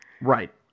Right